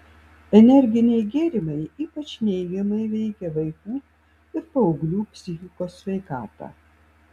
energiniai gėrimai ypač neigiamai veikia vaikų ir paauglių psichikos sveikatą